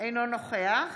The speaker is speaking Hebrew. אינו נוכח